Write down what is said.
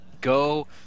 go